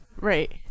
right